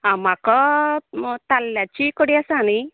आं म्हाका ताल्ल्याची कडी आसा नी